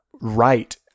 right